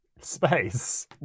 Space